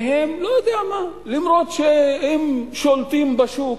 והם, לא יודע מה, אפילו שהם שולטים בשוק,